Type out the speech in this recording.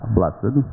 blessed